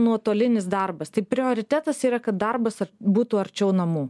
nuotolinis darbas tai prioritetas yra kad darbas būtų arčiau namų